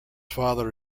father